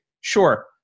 sure